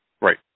Right